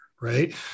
Right